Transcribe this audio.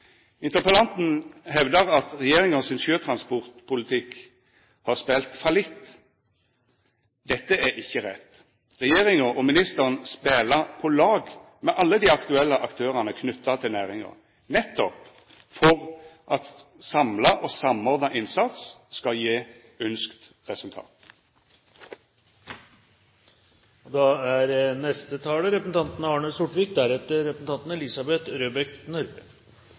sjøtransportpolitikk har spilt fallitt.» Dette er ikkje rett. Regjeringa og ministeren spelar på lag med alle dei aktuelle aktørane som er knytte til næringa, nettopp for at samla og samordna innsats skal gje ynskt resultat. Å gjøre sjøtransport mer lønnsomt er